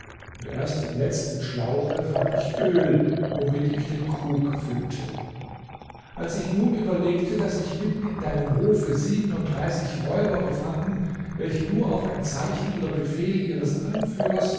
und erst im letzten schlauche fand ich öl womit ich den krug füllte als ich nun überlegte daß sich mitten in deinem hofe siebenunddreißig räuber befanden welche nur auf ein zeichen oder befehl ihres anführers